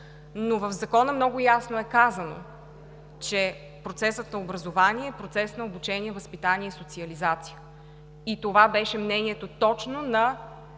В Закона много ясно е казано, че процесът на образование е процес на обучение, възпитание и социализация. И това беше мнението точно на